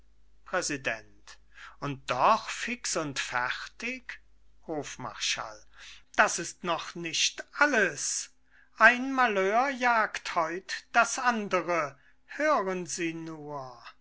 präsident und doch fix und fertig hofmarschall das ist noch nicht alles ein malheur jagt heut das andere hören sie nur